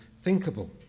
thinkable